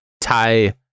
tie